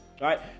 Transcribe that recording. right